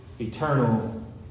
eternal